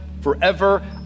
forever